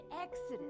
Exodus